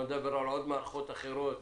שלא לדבר על עוד מערכות אחרות,